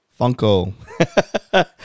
Funko